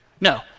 No